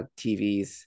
TVs